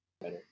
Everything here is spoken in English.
better